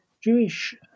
Jewish